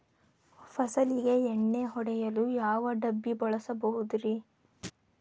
ಫಸಲಿಗೆ ಎಣ್ಣೆ ಹೊಡೆಯಲು ಯಾವ ಡಬ್ಬಿ ಬಳಸುವುದರಿ?